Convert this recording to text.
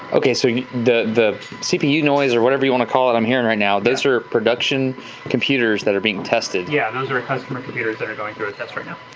okay, so the the cpu noise or whatever you want to call it i'm hearing right now, those are production computers that are being tested. yeah, those are customer computers that are going through a test right now.